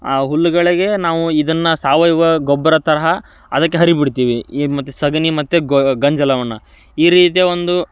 ಆ ಹುಲ್ಲುಗಳಿಗೆ ನಾವು ಇದನ್ನು ಸಾವಯವ ಗೊಬ್ಬರ ತರಹ ಅದಕ್ಕೆ ಹರಿ ಬಿಡ್ತೀವಿ ಈ ಮತ್ತೆ ಸಗಣಿ ಮತ್ತು ಗೊ ಗಂಜಲವನ್ನು ಈ ರೀತಿಯ ಒಂದು